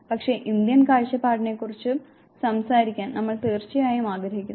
പക്ഷെ ഇന്ത്യൻ കാഴ്ചപ്പാടിനെക്കുറിച്ചും സംസാരിക്കാൻ നമ്മൾ തീർച്ചയായും ആഗ്രഹിക്കുന്നു